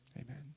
Amen